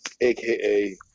aka